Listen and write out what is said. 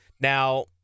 Now